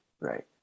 right